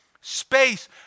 space